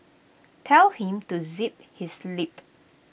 tell him to zip his lip